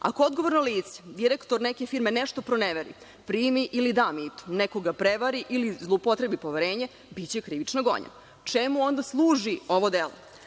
Ako odgovorno lice, direktor neke firme, nešto proneveri, primi ili da mito, nekoga prevari ili zloupotrebi poverenje, biće krivično gonjen. Čemu onda služi ovo delo?